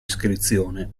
iscrizione